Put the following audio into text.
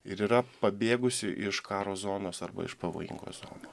ir yra pabėgusi iš karo zonos arba iš pavojingos zono